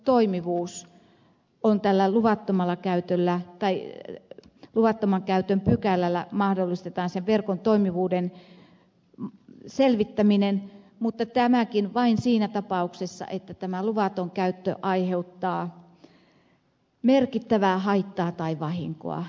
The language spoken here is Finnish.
näin ollen tällä luvattoman käytön pykälällä mahdollistetaan verkon toimivuuden selvittäminen mutta tämäkin vain siinä tapauksessa että tämä luvaton käyttö aiheuttaa merkittävää haittaa tai vahinkoa